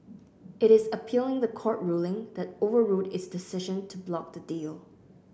it is appealing the court ruling that overruled its decision to block the deal